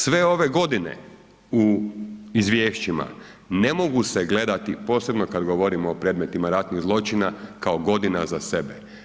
Sve ove godine u izvješćima ne mogu se gledati posebno kad govorimo o predmetima ratnih zločina, kao godina za sebe.